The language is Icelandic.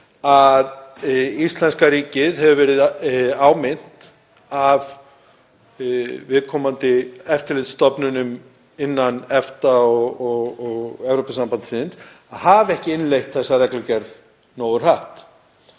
að íslenska ríkið hefur verið áminnt af viðkomandi eftirlitsstofnunum innan EFTA og Evrópusambandsins fyrir að hafa ekki innleitt þessa reglugerð nógu hratt.